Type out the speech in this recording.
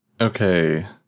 Okay